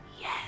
Yes